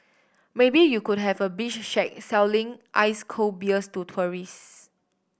maybe you could have a beach shack selling ice cold beers to tourists